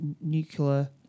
nuclear